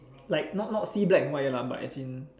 like not not see black and white lah but as in